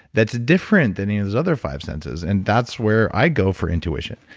that's different that those other five senses, and that's where i go for intuition.